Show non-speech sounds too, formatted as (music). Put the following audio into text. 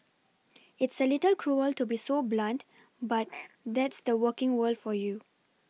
(noise) it's a little cruel to be so blunt but that's the working world for you